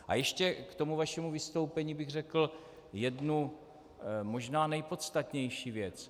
A ještě k tomu vašemu vystoupení bych řekl jednu možná nejpodstatnější věc.